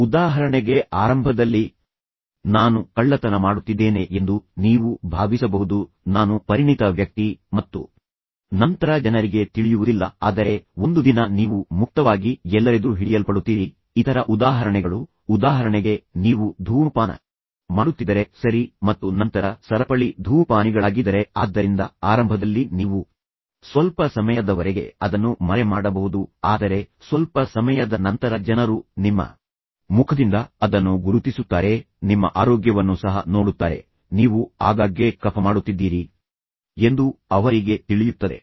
ಉದಾಹರಣೆಗೆ ಆರಂಭದಲ್ಲಿ ನಾನು ಕಳ್ಳತನ ಮಾಡುತ್ತಿದ್ದೇನೆ ಎಂದು ನೀವು ಭಾವಿಸಬಹುದು ನಾನು ಪರಿಣಿತ ವ್ಯಕ್ತಿ ಮತ್ತು ನಂತರ ಜನರಿಗೆ ತಿಳಿಯುವುದಿಲ್ಲ ಆದರೆ ಒಂದು ದಿನ ನೀವು ಮುಖ್ತವಾಗಿ ಎಲ್ಲರೆದುರು ಹಿಡಿಯಲ್ಪಡುತ್ತೀರಿ ಇತರ ಉದಾಹರಣೆಗಳು ಉದಾಹರಣೆಗೆ ನೀವು ಧೂಮಪಾನ ಮಾಡುತ್ತಿದ್ದರೆ ಸರಿ ಮತ್ತು ನಂತರ ಸರಪಳಿ ಧೂಮಪಾನಿಗಳಾಗಿದ್ದರೆ ಆದ್ದರಿಂದ ಆರಂಭದಲ್ಲಿ ನೀವು ಸ್ವಲ್ಪ ಸಮಯದವರೆಗೆ ಅದನ್ನು ಮರೆಮಾಡಬಹುದು ಆದರೆ ಸ್ವಲ್ಪ ಸಮಯದ ನಂತರ ಜನರು ನಿಮ್ಮ ಮುಖದಿಂದ ಅದನ್ನು ಗುರುತಿಸುತ್ತಾರೆ ನಿಮ್ಮ ಆರೋಗ್ಯವನ್ನು ಸಹ ನೋಡುತ್ತಾರೆ ನೀವು ಆಗಾಗ್ಗೆ ಕಫ ಮಾಡುತ್ತಿದ್ದೀರಿ ಎಂದು ಅವರಿಗೆ ತಿಳಿಯುತ್ತದೆ